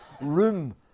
room